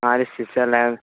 ആര്